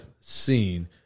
seen